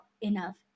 enough